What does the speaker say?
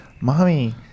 mommy